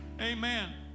Amen